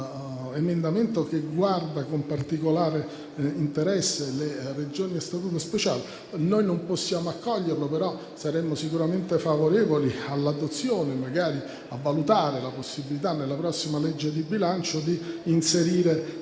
proposta che guarda con particolare interesse alle Regioni a statuto speciale. Noi non possiamo accoglierlo, ma saremo sicuramente favorevoli a valutare la possibilità, nella prossima legge di bilancio, di inserire